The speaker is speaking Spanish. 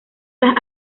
las